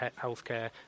healthcare